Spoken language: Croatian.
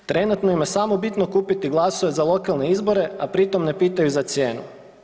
Trenutno im je samo bitno kupiti glasova za lokalne izbore, a pri tom ne pitaju za cijenu.